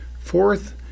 Fourth